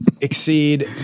exceed